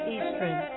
Eastern